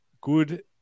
good